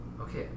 Okay